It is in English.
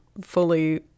fully